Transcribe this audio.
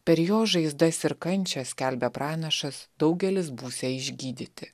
per jo žaizdas ir kančią skelbia pranašas daugelis būsią išgydyti